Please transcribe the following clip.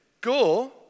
Go